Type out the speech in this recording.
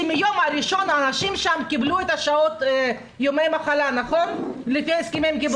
שמהיום הראשון האנשים שם קיבלו ימי מחלה לפי ההסכמים הקיבוציים.